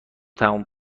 تموم